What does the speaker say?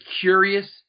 curious